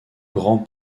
grand